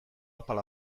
apal